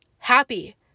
happy